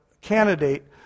candidate